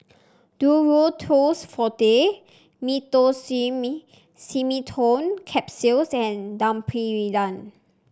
Duro Tuss Forte Meteospasmyl Simeticone Capsules and Domperidone